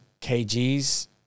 kgs